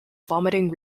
vomiting